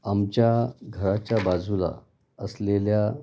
आमच्या घराच्या बाजूला असलेल्या